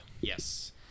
Yes